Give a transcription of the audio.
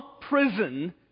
prison